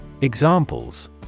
Examples